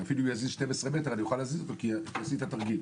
שאפילו אם הוא יזיז 12 מטרים אוכל לגרור אותו כי הוא עשה תרגיל.